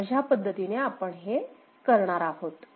तर अशा पद्धतीने आपण हे करणार आहोत